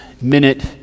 minute